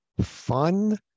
fun